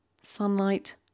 Sunlight